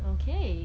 okay